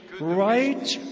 Right